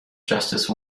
justice